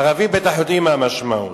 ערבים בוודאי יודעים מה המשמעות.